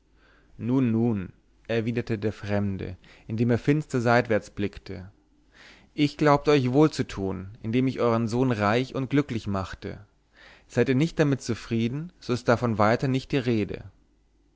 nun nun erwiderte der fremde indem er finster seitwärts blickte ich glaubte euch wohlzutun indem ich euern sohn reich und glücklich machte seid ihr nicht damit zufrieden so ist davon weiter nicht die rede